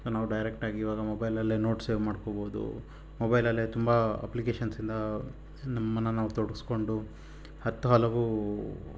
ನಾವು ಡೈರೆಕ್ಟಾಗಿ ಇವಾಗ ಮೊಬೈಲಲ್ಲೇ ನೋಟ್ಸ್ ಸೇವ್ ಮಾಡ್ಕೋಬೋದು ಮೊಬೈಲಲ್ಲೇ ತುಂಬ ಅಪ್ಲಿಕೇಷನ್ಸ್ಯಿಂದ ನಮ್ಮನ್ನು ನಾವು ತೊಡಸ್ಕೊಂಡು ಹತ್ತು ಹಲವು